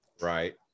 Right